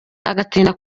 agatinda